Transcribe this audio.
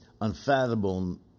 unfathomable